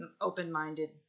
open-minded